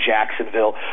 Jacksonville